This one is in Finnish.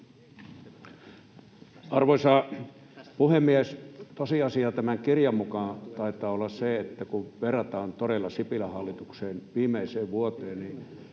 Arvoisa puhemies! Tosiasia tämän kirjan mukaan taitaa olla se, kun verrataan todella Sipilän hallituksen viimeiseen vuoteen, että